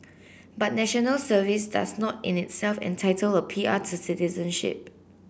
but National Service does not in itself entitle a P R to citizenship